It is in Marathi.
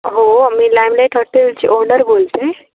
हो मी लायमलाईट हॉटेलची ओनर बोलते